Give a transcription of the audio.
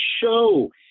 show